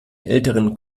älteren